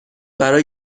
برا